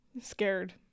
scared